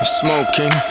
smoking